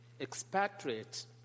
expatriates